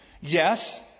Yes